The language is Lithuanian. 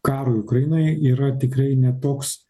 karui ukrainai yra tikrai ne toks